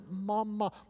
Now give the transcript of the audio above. mama